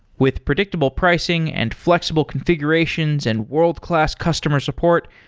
with predictable pricing and flexible configurations and world-class customer support,